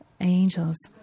angels